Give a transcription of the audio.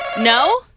No